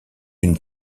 une